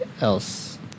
else